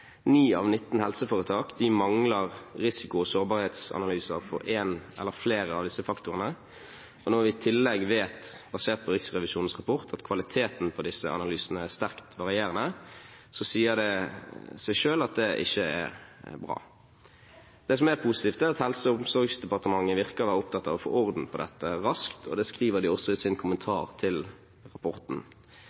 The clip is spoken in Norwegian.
av 19 helseforetak mangler risiko- og sårbarhetsanalyser for en eller flere av disse faktorene, og når vi i tillegg vet – basert på Riksrevisjonens rapport – at kvaliteten på disse analysene er sterkt varierende, sier det seg selv at det ikke er bra. Det som er positivt, er at Helse- og omsorgsdepartementet virker å være opptatt av å få orden på dette raskt, og det skriver de også i sin kommentar til rapporten.